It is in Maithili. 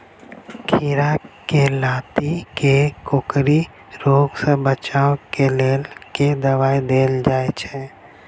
खीरा केँ लाती केँ कोकरी रोग सऽ बचाब केँ लेल केँ दवाई देल जाय छैय?